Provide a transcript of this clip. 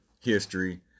history